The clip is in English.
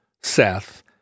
Seth